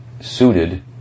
suited